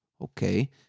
Okay